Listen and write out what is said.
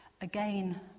Again